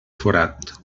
forat